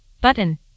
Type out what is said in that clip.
Button